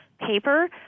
paper